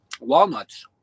walnuts